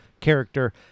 character